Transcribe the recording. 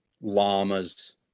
llamas